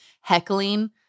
heckling